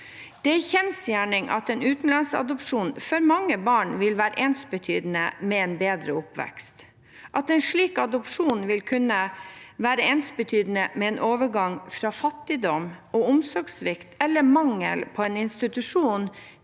Det er en kjensgjerning at en utenlandsadopsjon for mange barn vil være ensbetydende med en bedre oppvekst – at en slik adopsjon vil kunne være ensbetydende med en overgang fra fattigdom og omsorgssvikt eller mangel på en institusjon,